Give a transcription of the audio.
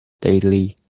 Daily